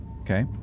okay